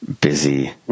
Busy